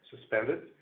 suspended